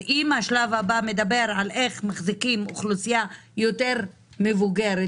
אם השלב הבא מדבר על איך מחזיקים אוכלוסייה יותר מבוגרת,